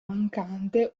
mancante